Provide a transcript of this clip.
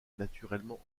naturellement